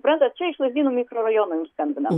suprantat čia iš lazdynų mikrorajono jums skambina